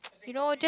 you know just